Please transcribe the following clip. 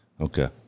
Okay